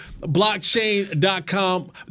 blockchain.com